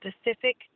specific